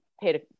paid